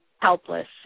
helpless